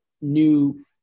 new